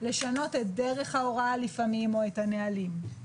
לשנות את דרך ההוראה לפעמים או את הנהלים.